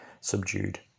subdued